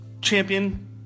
Champion